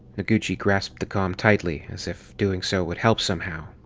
noguchi grasped the com tightly, as if doing so would help somehow.